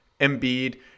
Embiid